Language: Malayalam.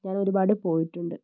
ഞാന് ഒരുപാട് പോയിട്ടുണ്ട്